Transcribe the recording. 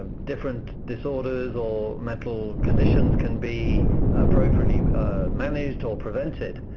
different disorders or mental conditions can be appropriately managed, or prevented,